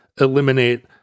eliminate –